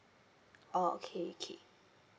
oh okay okay